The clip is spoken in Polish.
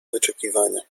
wyczekiwania